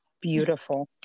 beautiful